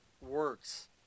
Works